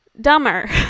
dumber